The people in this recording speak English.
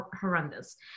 horrendous